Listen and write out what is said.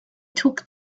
took